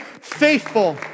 faithful